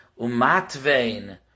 Umatvein